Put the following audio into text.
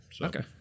okay